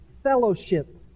fellowship